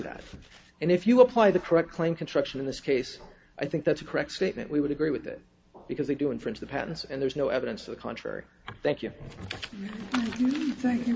that and if you apply the correct claim construction in this case i think that's a correct statement we would agree with it because they do in france the patents and there's no evidence to the contrary thank you thank you